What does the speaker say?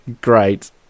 Great